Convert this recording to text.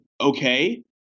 okay